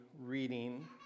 reading